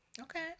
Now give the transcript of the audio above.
Okay